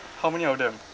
how many of them